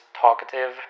talkative